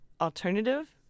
alternative